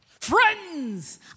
friends